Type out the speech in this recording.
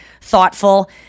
thoughtful